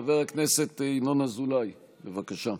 חבר הכנסת ינון אזולאי, בבקשה.